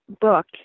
book